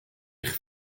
eich